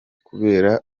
kubera